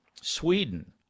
Sweden